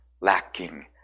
lacking